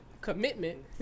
commitment